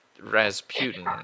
Rasputin